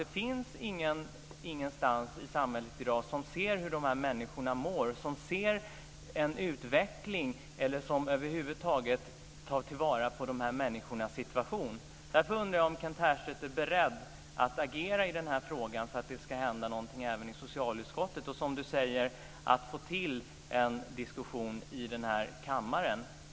Det finns ingen instans i samhället i dag som ser hur de här människorna mår, som ser en utveckling eller som över huvud taget tar fasta på de här människornas situation. Därför undrar jag om Kent Härstedt är beredd att agera i den här frågan för att det ska hända någonting även i socialutskottet och för att, som han säger, få till en diskussion i den här kammaren.